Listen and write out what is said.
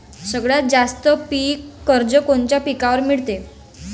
सगळ्यात जास्त पीक कर्ज कोनच्या पिकावर मिळते?